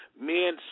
men